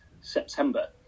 September